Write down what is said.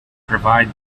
provide